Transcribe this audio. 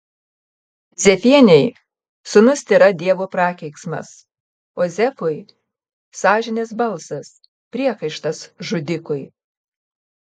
zefienei sūnus tėra dievo prakeiksmas o zefui sąžinės balsas priekaištas žudikui